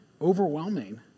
overwhelming